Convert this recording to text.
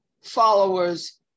followers